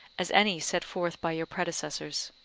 as any set forth by your predecessors.